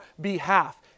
behalf